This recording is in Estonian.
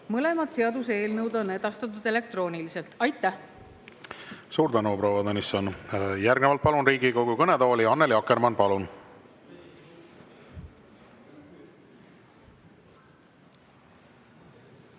Mõlemad seaduseelnõud on edastatud elektrooniliselt. Aitäh! Suur tänu, proua Tõnisson! Järgnevalt palun Riigikogu kõnetooli Annely Akkermanni. Palun!